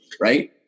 Right